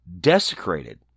desecrated